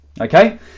okay